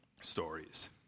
stories